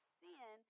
sin